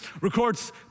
records